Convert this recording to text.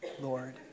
Lord